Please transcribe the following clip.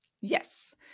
yes